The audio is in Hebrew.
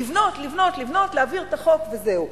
לבנות, לבנות, לבנות, להעביר את החוק וזהו.